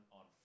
on